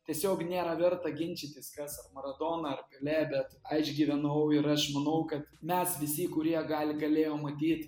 tiesiog nėra verta ginčytis kas ar maradona ar pelė bet aš gyvenau ir aš manau kad mes visi kurie gali galėjom matyt